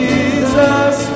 Jesus